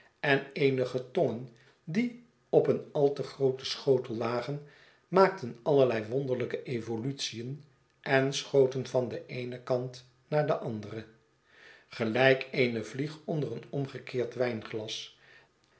en eenige tongen die op een al te grooten schotel lagen maakten allerlei wonderlijke evolutien en schoten van den eenen kant naar den anderen gelijk eene vlieg onder een omgekeerd wijnglas